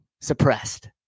suppressed